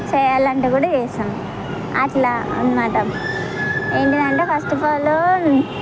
చేయాలంటే కూడా చేస్తాం అట్లా అనమాట ఏంటిదంటే ఫస్టఫాల్